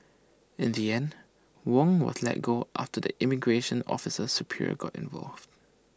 in the end Wong was let go after the immigration officer's superior got involved